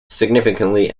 significantly